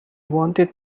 wanted